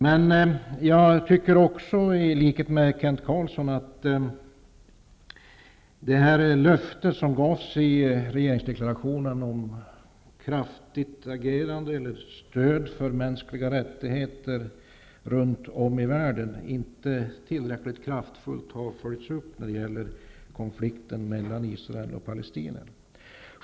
Men jag tycker i likhet med Kent Carlsson också att det löfte som gavs i regeringsdeklarationen om kraftigt stöd för mänskliga rättigheter runt om i världen inte tillräckligt kraftfullt har följts upp när det gäller konflikten mellan Israel och palestinierna.